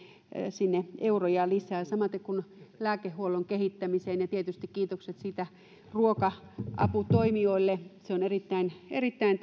euroja lisää samaten lääkehuollon kehittämiseen ja tietysti kiitokset ruoka aputoimijoille se on erittäin erittäin